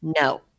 No